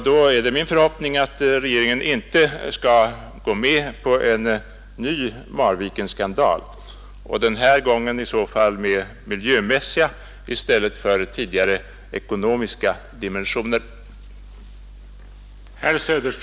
Då är det min förhoppning att regeringen inte skall gå med på en ny Marvikenskandal — den här gången med miljömässiga i stället för som tidigare ekonomiska dimensioner.